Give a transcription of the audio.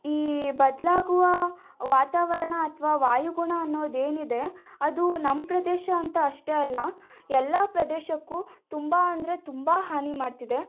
ಈ ಬದಲಾಗುವ ವಾತಾವರಣ ಅಥವಾ ವಾಯುಗಣ ಅನ್ನೋದೇನಿದೆ ಅದು ನಮ್ಮ ಪ್ರದೇಶ ಅಂತ ಅಷ್ಟೇ ಅಲ್ಲ ಎಲ್ಲ ಪ್ರದೇಶಕ್ಕೂ ತುಂಬ ಅಂದರೆ ತುಂಬ ಹಾನಿ ಮಾಡ್ತಿದೆ